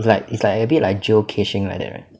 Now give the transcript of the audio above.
it's like it's like a bit like geocaching like that right